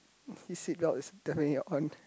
his seatbelt is definitely on